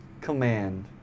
command